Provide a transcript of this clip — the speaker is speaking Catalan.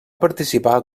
participar